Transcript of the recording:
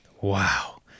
Wow